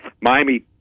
Miami